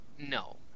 no